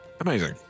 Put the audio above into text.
Amazing